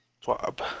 Swab